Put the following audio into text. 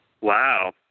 Wow